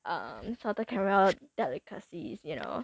uh salted caramel delicacies you know